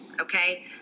okay